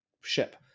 ship